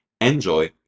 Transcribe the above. Enjoy